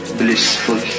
blissful